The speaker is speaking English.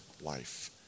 life